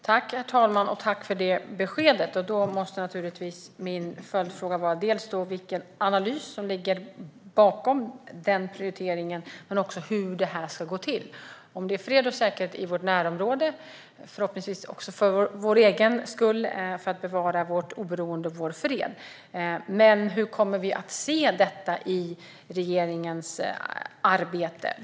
Herr talman! Tack för det beskedet! Min följdfråga är naturligtvis vilken analys som ligger bakom den prioriteringen, men också hur detta ska gå till. Prioriteringen är fred och säkerhet i vårt närområde, förhoppningsvis också för vår egen skull, för att bevara vårt oberoende och vår fred, men hur kommer vi att se detta i regeringens arbete?